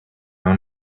own